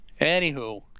Anywho